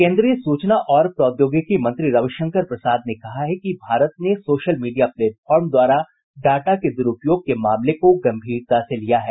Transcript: केन्द्रीय सूचना और प्रौद्योगिकी मंत्री रविशंकर प्रसाद ने कहा है कि भारत ने सोशल मीडिया प्लेटफार्म द्वारा डाटा के दुरूपयोग के मामले को गम्भीरता से लिया है